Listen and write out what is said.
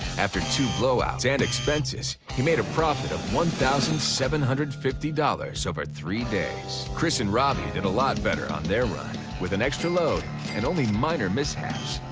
after two blowouts and expenses, he made a profit of one thousand seven hundred and fifty dollars over three days. chris and robbie did a lot better on their run. with an extra load and only minor mishaps,